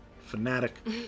fanatic